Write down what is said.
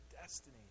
destiny